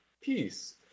peace